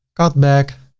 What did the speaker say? cut bag,